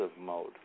mode